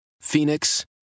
Phoenix